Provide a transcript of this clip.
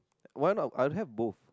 one I I'll have both